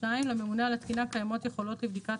לממונה על התקינה קיימות יכולות לבדיקת